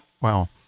Wow